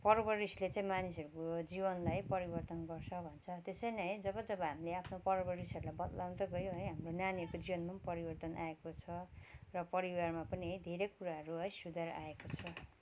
पर्बरिसले चाहिँ मानिसहरूको जीवनलाई परिवर्तन गर्छ भन्छ त्यसरी नै है जब जब हामीले आफ्नो पर्बरिसहरूलाई बदलाउँदै गयौँ है हाम्रो नानीहरूको जीवनमा पनि परिवर्तन आएको छ र परिवारमा पनि है धेरैकुराहरू है सुधार आएको छ